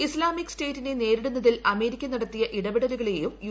Islamic സ്റ്റേറ്റിനെ നേരിടുന്നതിൽ America നടത്തിയ ഇടപെടലുകളെയും യു